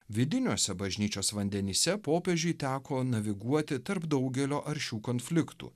vidiniuose bažnyčios vandenyse popiežiui teko naviguoti tarp daugelio aršių konfliktų